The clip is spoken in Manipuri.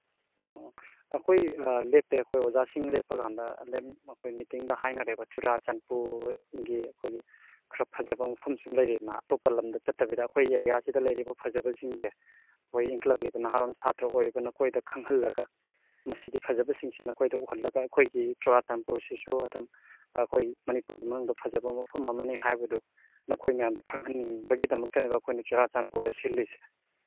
ꯑꯣ ꯑꯩꯈꯣꯏ ꯂꯦꯞꯄꯦ ꯑꯩꯈꯣꯏ ꯑꯣꯖꯥꯁꯤꯡ ꯂꯦꯞꯄꯀꯥꯟꯗ ꯑꯩꯈꯣꯏ ꯃꯤꯇꯤꯡꯗ ꯍꯥꯏꯅꯔꯦꯕ ꯆꯨꯔꯆꯥꯟꯄꯨꯔꯒꯤ ꯑꯩꯈꯣꯏꯒꯤ ꯈꯔ ꯐꯖꯕ ꯃꯐꯝꯁꯨ ꯂꯩꯔꯦꯗꯅ ꯑꯇꯣꯞꯄ ꯂꯝꯗ ꯆꯠꯇꯕꯤꯗ ꯑꯩꯈꯣꯏ ꯑꯦꯔꯤꯌꯥꯁꯤꯗ ꯂꯩꯔꯤꯕ ꯐꯖꯕꯁꯤꯡꯁꯦ ꯑꯩꯈꯣꯏ ꯏꯪꯈꯠꯂꯛꯂꯤꯕ ꯅꯍꯥꯔꯣꯜ ꯁꯥꯇ꯭ꯔ ꯑꯣꯏꯔꯕ ꯅꯈꯣꯏꯗ ꯈꯪꯍꯜꯂꯒ ꯃꯁꯤꯒꯤ ꯐꯖꯕꯁꯤꯡꯁꯦ ꯅꯈꯣꯏꯗ ꯎꯍꯜꯂꯒ ꯑꯩꯈꯣꯏꯒꯤ ꯆꯨꯔꯆꯥꯟꯄꯨꯔꯁꯤꯁꯨ ꯑꯗꯨꯝ ꯑꯩꯈꯣꯏ ꯃꯅꯤꯄꯨꯔꯒꯤ ꯃꯅꯨꯡꯗ ꯐꯖꯕ ꯃꯐꯝ ꯑꯃꯅꯤ ꯍꯥꯏꯕꯗꯨ ꯅꯈꯣꯏ ꯃꯌꯥꯝꯗ ꯈꯪꯍꯟꯅꯤꯡꯕꯒꯤꯗꯃꯛꯇꯅꯦꯕ ꯑꯩꯈꯣꯏꯅ ꯆꯨꯔꯆꯥꯟꯄꯨꯔꯗ ꯁꯤꯜꯂꯤꯁꯦ